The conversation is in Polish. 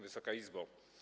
Wysoka Izbo!